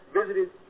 visited